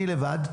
אני לבד,